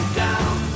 down